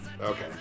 Okay